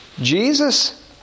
Jesus